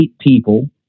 people